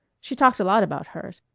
she talked a lot about hers.